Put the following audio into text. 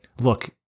look